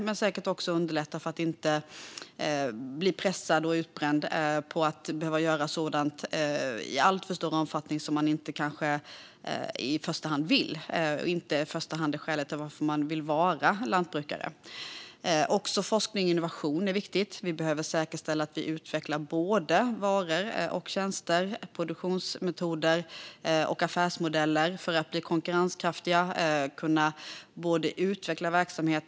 Men det underlättar säkert också för att man inte ska bli pressad och utbränd av att i alltför stor omfattning behöva göra sådant som man kanske inte i första hand vill och som inte är skälet till att man vill vara lantbrukare. Också forskning och innovation är viktigt. Vi behöver säkerställa att vi utvecklar varor och tjänster, produktionsmetoder och affärsmodeller för att bli konkurrenskraftiga och kunna utveckla verksamheten.